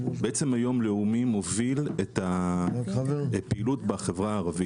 לאומי מוביל היום את הפעילות בחברה הערבית